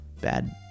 Bad